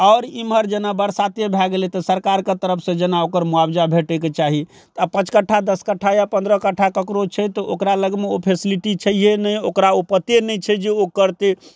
आओर इमहर जेना बरसाते भए गेलै तऽ सरकारके तरफसँ जेना ओकर मुआबजा भेटैके चाही तऽ आब पाँच कट्ठा दस कट्ठा या पन्द्रह कट्ठा ककरो छै तऽ ओकरा लगमे ओ फैसिलिटी छहियै नहि ओकरा ओ पते नहि छै जे ओ करतै